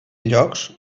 llocs